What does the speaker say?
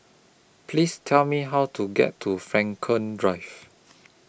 Please Tell Me How to get to Frankel Drive